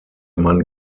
man